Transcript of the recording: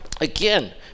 again